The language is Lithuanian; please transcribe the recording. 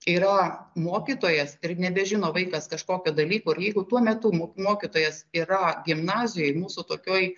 yra mokytojas ir nebežino vaikas mokytojas yra gimnazijoj mūsų tokioj